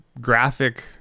graphic